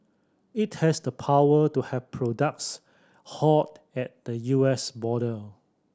it has the power to have products halted at the U S border